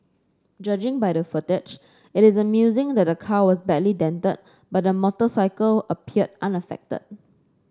judging by the footage it is amusing that the car was badly dented but the motorcycle appeared unaffected